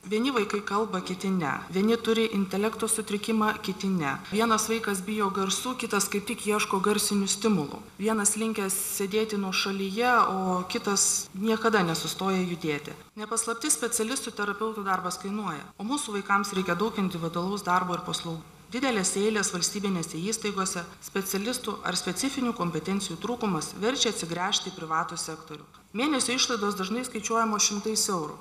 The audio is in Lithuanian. vieni vaikai kalba kiti ne vieni turi intelekto sutrikimą kiti ne vienas vaikas bijo garsų kitas kaip tik ieško garsinių stimulų vienas linkęs sėdėti nuošalyje o kitas niekada nesustoja judėti ne paslaptis specialistų terapeutų darbas kainuoja o mūsų vaikams reikia daug individualaus darbo ir paslaugų didelės eilės valstybinėse įstaigose specialistų ar specifinių kompetencijų trūkumas verčia atsigręžti į privatų sektorių mėnesio išlaidos dažnai skaičiuojamos šimtais eurų